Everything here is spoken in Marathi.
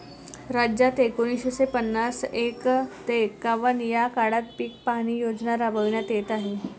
राज्यात एकोणीसशे पन्नास ते एकवन्न या काळात पीक पाहणी योजना राबविण्यात येत आहे